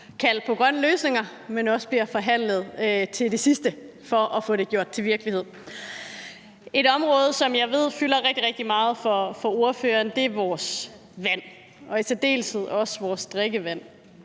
kaldt på grønne løsninger, men også bliver forhandlet til det sidste for at få det gjort til virkelighed. Et område, som jeg ved fylder rigtig, rigtig meget for ordføreren, er vores vand og i særdeleshed også vores drikkevand.